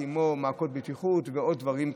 כמו מעקות בטיחות ועוד דברים כאלה,